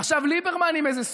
ועכשיו ליברמן עם איזה ספין,